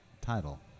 title